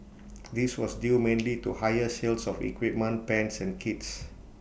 this was due mainly to higher sales of equipment pans and kits